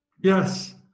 Yes